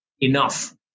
enough